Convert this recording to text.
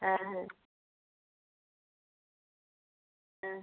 হ্যাঁ হ্যাঁ হ্যাঁ